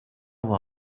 avoir